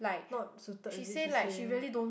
not suited is it she say